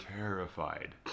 terrified